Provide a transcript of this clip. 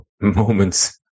moments